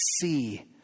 see